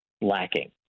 lacking